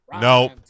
Nope